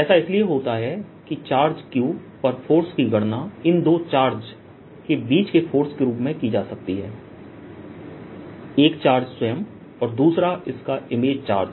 ऐसा इसलिए होता है कि चार्ज q पर फोर्सकी गणना इन दो चार्ज के बीच के फोर्सके रूप में की जा सकती है एक चार्ज स्वयं और दूसरा इसका इमेज चार्ज